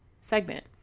segment